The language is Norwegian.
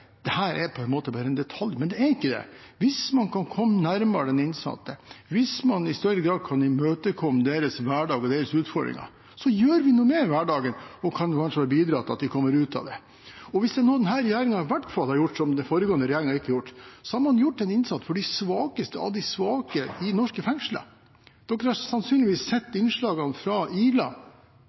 på en måte bare er en detalj, men det er ikke det. Hvis man kan komme nærmere de innsatte, hvis man i større grad kan imøtekomme deres hverdag og deres utfordringer, gjør vi noe med hverdagen og kan kanskje også bidra til at de kommer ut av det. Hvis det er noe denne regjeringen i hvert fall har gjort som den foregående regjeringen ikke har gjort, så er det å ha gjort en innsats for de svakeste av de svake i norske fengsler. Man har sannsynligvis sett innslagene fra Ila,